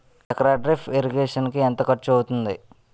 ఎకర drip irrigation కి ఎంత ఖర్చు అవుతుంది?